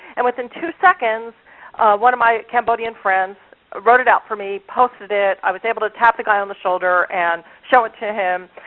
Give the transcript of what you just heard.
and within two seconds one of my cambodian friends wrote it up for me, posted it and i was able to tap the guy on the shoulder and show it to him.